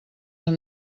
són